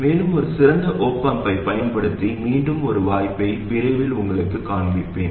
மேலும் ஒரு சிறந்த op amp ஐப் பயன்படுத்தி மீண்டும் ஒரு வாய்ப்பை விரைவில் உங்களுக்குக் காண்பிப்பேன்